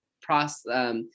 process